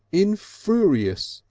infuriacious.